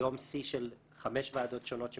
יום שיא של חמש ועדות שונות שמתכנסות,